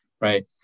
right